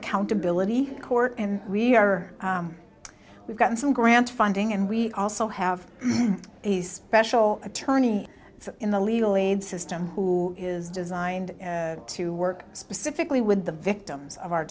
accountability court and we are we've gotten some grant funding and we also have a special attorney in the legal aid system who is designed to work specifically with the victims of our